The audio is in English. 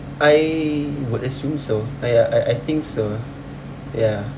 I would assume so I ya I I think so ya